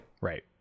Right